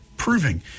proving